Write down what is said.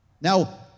now